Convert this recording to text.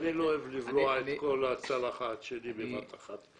אני לא אוהב לבלוע את כל הצלחת שלי בבת אחת,